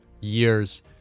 years